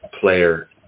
Player